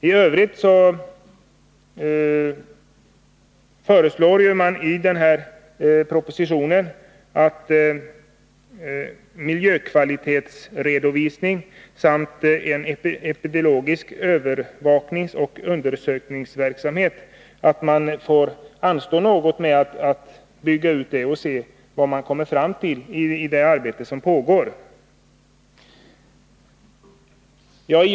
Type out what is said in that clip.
I övrigt behandlas i propositionen en miljökvalitetsredovisning och en epidemiologisk övervakningsoch undersökningsverksamhet. Här pågår ett arbete, och det föreslås att man väntar med utbyggnaden tills det står klart vad man kommer fram till i det arbetet.